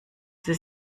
sie